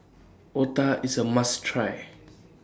Otah IS A must Try